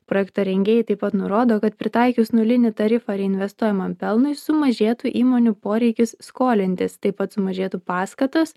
projekto rengėjai taip pat nurodo kad pritaikius nulinį tarifą reinvestuojamam pelnui sumažėtų įmonių poreikis skolintis taip pat sumažėtų paskatos